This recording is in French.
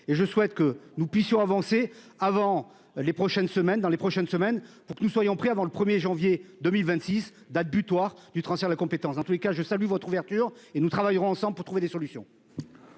les prochaines semaines dans les prochaines semaines pour que nous soyons prêts avant le 1er janvier 2026, date butoir du transfert de la compétence dans tous les cas je salue votre ouverture et nous travaillerons ensemble pour trouver des solutions.